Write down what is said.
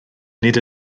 nid